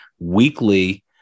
weekly